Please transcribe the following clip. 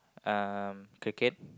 um cricket